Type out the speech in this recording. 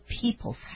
people's